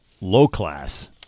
low-class